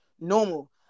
normal